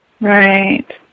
right